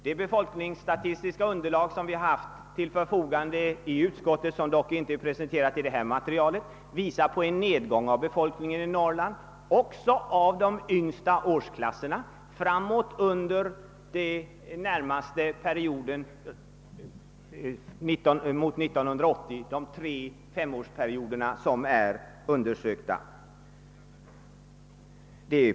Det befolkningsstatistiska underlag som vi haft till förfogande inom utskottet, men som inte är presenterat i det framlagda materialet, visar en minskning av befolkningen i Norrland — även när det gäller de yngsta årsklasserna — under de tre femårsperioder fram mot 1980 som är undersökta.